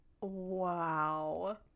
Wow